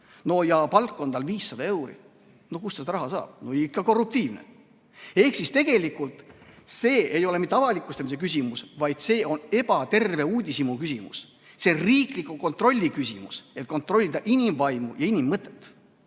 ja palk on tal 500 eurot, no kust ta selle raha saab? Ikka korruptiivne! Ehk siis tegelikult see ei ole mitte avalikustamise küsimus, vaid see on ebaterve uudishimu küsimus – see riikliku kontrolli küsimus, et kontrollida inimvaimu ja inimmõtet.